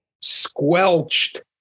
squelched